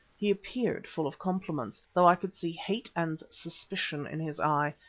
he appeared full of compliments, though i could see hate and suspicion in his eye,